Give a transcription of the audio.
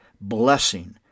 blessing